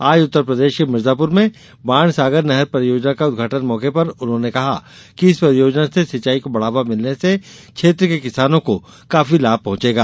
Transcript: आज उत्तरप्रदेश के मिर्जापूर में बाणसागर नहर परियोजना का उद्घाटन के मौके पर उन्होंने कहा कि इस परियोजना से सिचाई को बढ़ावा मिलने से क्षेत्र के किसानों को काफी लाभ होगा